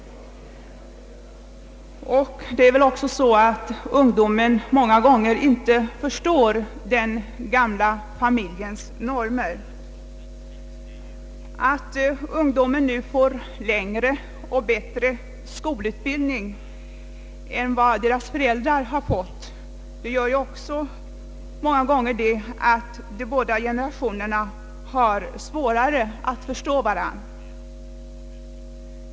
Det är väl också så att ungdomen många gånger inte förstår den gamla familjens normer. Att ungdomen nu får längre och bättre skolutbildning än föräldrarna fick gör väl också att de båda generationerna har svårare att förstå varandra.